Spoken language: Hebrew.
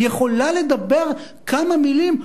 יכולה לדבר כמה מלים,